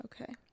Okay